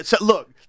Look